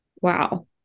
wow